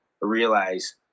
realize